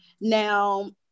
now